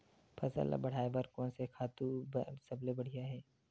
फसल ला बढ़ाए बर कोन से खातु सबले बढ़िया हे?